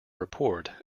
report